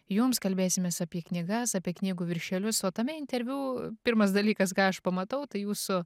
jums kalbėsimės apie knygas apie knygų viršelius o tame interviu pirmas dalykas ką aš pamatau tai jūsų